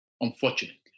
unfortunately